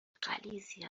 غلیظی